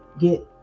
get